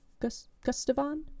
Gustavon